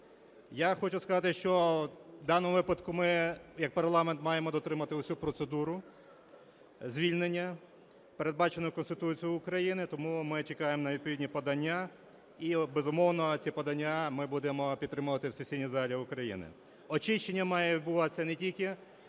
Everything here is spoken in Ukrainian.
Я хочу сказати, що в даному випадку ми як парламент маємо дотримати всю процедуру звільнення, передбачену Конституцією України, тому ми чекаємо на відповідні подання. І безумовно, ці подання ми будемо підтримувати в сесійній залі України. Очищення має відбуватися не тільки